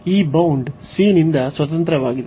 ಈ bound C ನಿಂದ ಸ್ವತಂತ್ರವಾಗಿದೆ